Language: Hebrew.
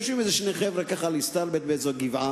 יושבים איזה שני חבר'ה, ככה, להסתלבט, באיזו גבעה,